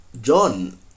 John